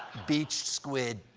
beached squid.